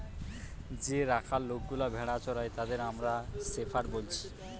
যে রাখাল লোকগুলা ভেড়া চোরাই তাদের আমরা শেপার্ড বলছি